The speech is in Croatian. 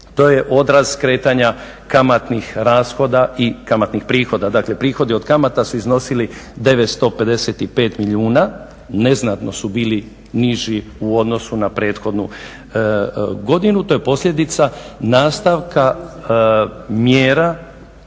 rashoda i kamatnih prihoda. Dakle, prihodi od kamata su iznosili 955 milijuna, neznatno su bili niži u odnosu na prethodnu godinu, to je posljedica nastavka mjera